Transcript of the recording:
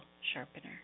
sharpener